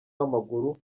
w’amaguru